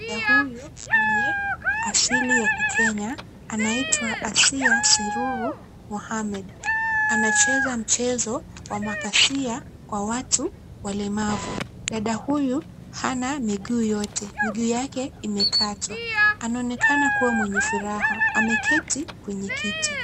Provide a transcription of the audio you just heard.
Dada huyu mwenye asili ya kikenya anaitwa Asiya Sururu Mohammed, anacheza mchezo wa makasia kwa watu walemavu. Dada huyu hana miguu yote, miguu yake imekatwa, anaonekana kuwa wenye furaha, ameketi kwenye kiti.